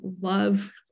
love